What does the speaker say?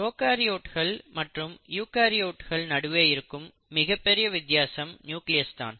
ப்ரோகாரியோட்கள் மற்றும் யூகரியோட்கள் நடுவே இருக்கும் மிகப்பெரிய வித்தியாசம் நியூக்ளியஸ் தான்